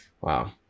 Wow